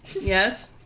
Yes